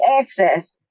access